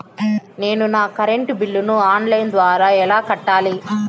నేను నా కరెంటు బిల్లును ఆన్ లైను ద్వారా ఎలా కట్టాలి?